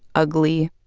ugly,